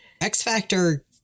X-Factor